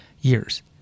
years